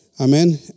Amen